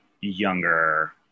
younger